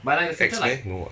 ex meh no [what]